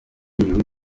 yiriwe